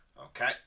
Okay